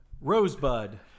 Rosebud